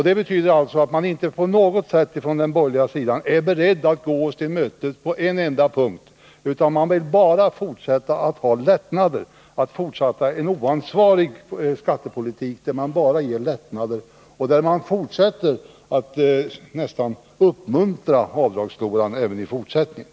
Det betyder att man från den borgerliga sidan inte är beredd att gå oss till mötes på en enda punkt, utan vill fortsätta en oansvarig skattepolitik där man bara ger lättnader och nästan uppmuntrar avdragsfloran även i fortsättningen.